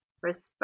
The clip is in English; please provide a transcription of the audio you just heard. respect